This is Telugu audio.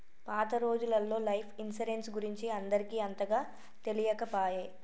పాత రోజులల్లో లైఫ్ ఇన్సరెన్స్ గురించి అందరికి అంతగా తెలియకపాయె